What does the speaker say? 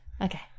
okay